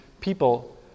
people